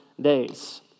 days